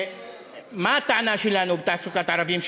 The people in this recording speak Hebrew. מה הטענה שלנו בתעסוקת ערבים?